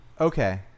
Okay